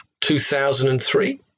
2003